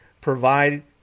provide